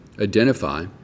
identify